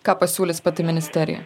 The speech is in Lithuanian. ką pasiūlys pati ministerija